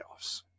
playoffs